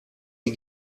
die